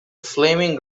flaming